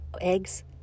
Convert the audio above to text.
Eggs